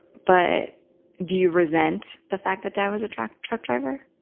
but do you resent the fact that dad was a truck truck driver?